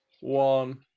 one